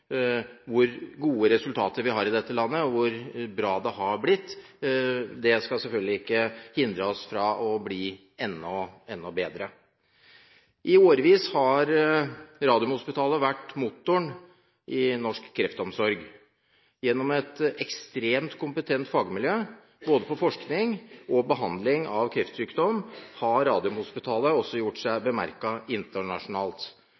hvor gode resultater vi har i dette landet, og hvor bra det er blitt. Det skal selvfølgelig ikke hindre oss i å bli enda, enda bedre. I årevis har Radiumhospitalet vært motoren i norsk kreftomsorg. Gjennom et ekstremt kompetent fagmiljø, både på forskning og behandling av kreftsykdom, har Radiumhospitalet også gjort seg